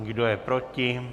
Kdo je proti?